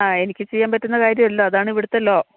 ആ എനിക്ക് ചെയ്യാൻ പറ്റുന്ന കാര്യമല്ല അതാണ് ഇവിടത്തെ ലോ